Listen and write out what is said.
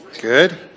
Good